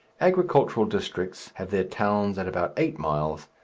agricultural districts have their towns at about eight miles,